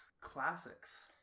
classics